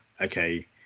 okay